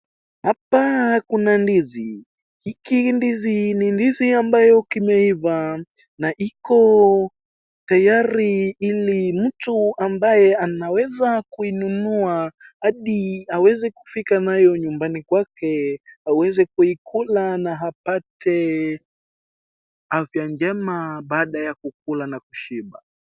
Hapa kuna ndizi, hiki ndizi ni ndizi ambayo kimeiva, na iko tayari ili mtu ambaye anaweza kuinunua hadi aweze kufika nayo nyumbani kwake aweze kuikula na apate afya njema baada ya kukula na kushiba.